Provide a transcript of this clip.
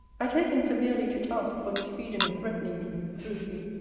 i take him severely to task for his freedom in threatening me, through you,